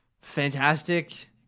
fantastic